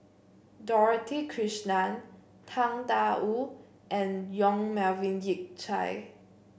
Dorothy Krishnan Tang Da Wu and Yong Melvin Yik Chye